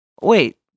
Wait